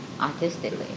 artistically